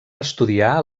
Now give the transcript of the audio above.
estudiar